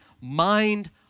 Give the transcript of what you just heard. Mind